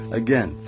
again